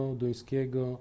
duńskiego